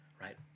right